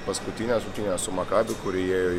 paskutines rungtynes su makabiu kur įėjo